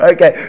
Okay